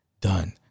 done